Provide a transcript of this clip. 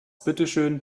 bitteschön